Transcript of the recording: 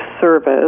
service